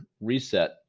reset